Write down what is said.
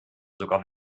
sogar